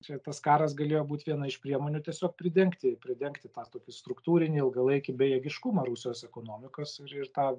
čia tas karas galėjo būt viena iš priemonių tiesiog pridengti pridengti tą tokį struktūrinį ilgalaikį bejėgiškumą rusijos ekonomikos ir ir tą